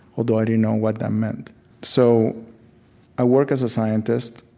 although i didn't know what that meant so i worked as a scientist.